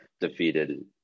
defeated